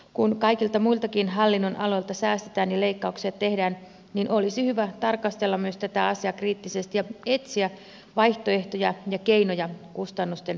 kun kaikilta muiltakin hallinnonaloilta säästetään ja leikkauksia tehdään niin olisi hyvä tarkastella myös tätä asiaa kriittisesti ja etsiä vaihtoehtoja ja keinoja kustannusten vähentämiseksi